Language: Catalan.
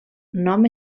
nom